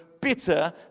bitter